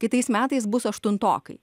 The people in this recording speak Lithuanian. kitais metais bus aštuntokai